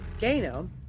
Gano